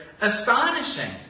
astonishing